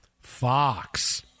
Fox